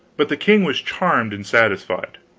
but the king was charmed and satisfied.